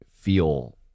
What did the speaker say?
feel